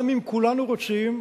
גם אם כולנו רוצים,